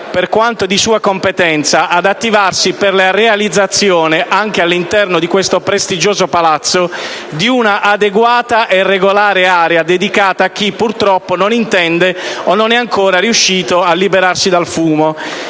per quanto di sua competenza, ad attivarsi per la realizzazione anche all’interno di questo prestigioso palazzo di un’adeguata e regolare area dedicata a chi purtroppo non intende o non e ancora riuscito a liberarsi dal vizio